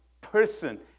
person